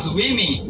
women